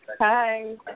Hi